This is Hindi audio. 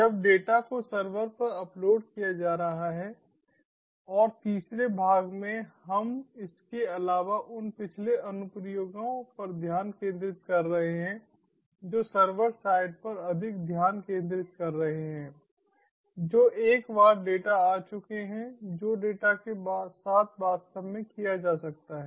जब डेटा को सर्वर पर अपलोड किया जा रहा है और तीसरे भाग में हम इसके अलावा उन पिछले अनुप्रयोगों पर ध्यान केंद्रित कर रहे हैं जो सर्वर साइड पर अधिक ध्यान केंद्रित कर रहे हैं जो एक बार डेटा आ चुके हैं जो डेटा के साथ वास्तव में किया जा सकता है